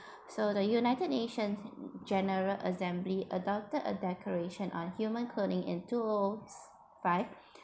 so the united nations general assembly adopted a declaration on human cloning in two o o five